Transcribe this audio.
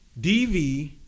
DV